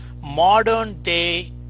modern-day